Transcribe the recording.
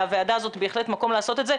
והוועדה הזאת היא בהחלט מקום לעשות את זה.